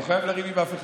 לא חייבים לריב עם אף אחד.